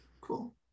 Cool